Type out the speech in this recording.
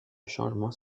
changement